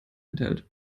enthält